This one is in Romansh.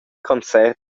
concert